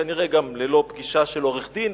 כנראה גם ללא פגישה של עורך-דין,